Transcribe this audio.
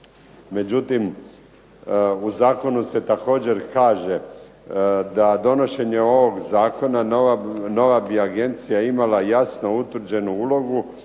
Međutim, u Zakonu se također kaže da donošenje ovog Zakona nova bi Agencija imala jasno utvrđenu ulogu